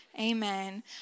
Amen